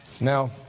Now